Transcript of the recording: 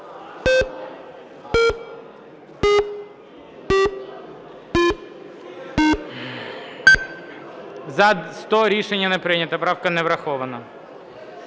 За-100 Рішення не прийнято. Правка не врахована.